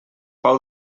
pau